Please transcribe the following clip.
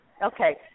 Okay